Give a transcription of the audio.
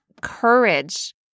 courage